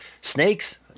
snakes